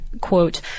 quote